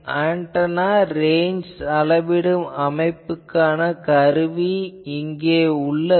antenna range அளவிடும் அமைப்புக்கான கருவி இங்கே இருக்கிறது